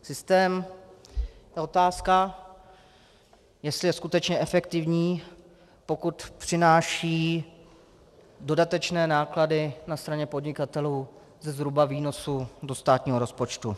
Systém, je otázka, jestli je skutečně efektivní, pokud přináší dodatečné náklady na straně podnikatelů ze zhruba výnosů do státního rozpočtu.